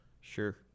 Sure